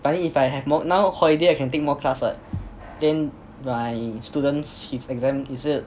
but then if I have more now holiday I can take more class what then my student his exam 也是